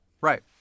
right